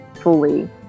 fully